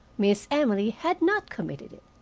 miss emily had not committed it.